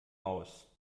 aus